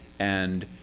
and